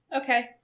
Okay